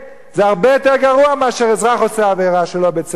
זה הרבה יותר גרוע מאשר אזרח שעושה עבירה שלא בצדק.